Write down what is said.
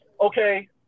okay